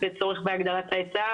אם זה צורך בהגדרת ההיצע.